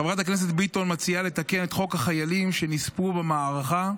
חברת הכנסת ביטון מציעה לתקן את חוק החיילים שנספו במערכה,